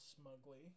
smugly